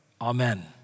Amen